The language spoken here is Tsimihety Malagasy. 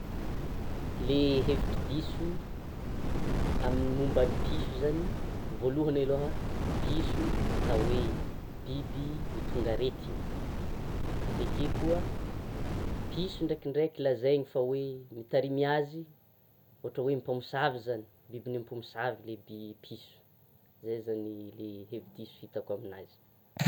Le hevitra diso amin'ny momba ny piso zany, voalohany aloha piso atao hoe: biby mitondra aretina avekeo koa piso ndrekindreky lazaina fa hoe mitarimy azy ohatra hoe mpamosavy zany, bibin'ny ampamosavy le piso, zay zany le hevitra diso itako aminazy.